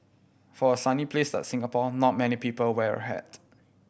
for a sunny place like Singapore not many people wear a hat